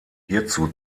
hierzu